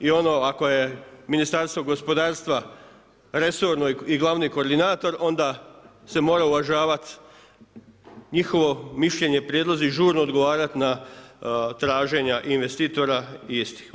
I ono ako je Ministarstvo gospodarstva resorno i glavni koordinator onda se mora uvažavati njihovo mišljenje i prijedlozi i žurno odgovarati na traženja investitora istih.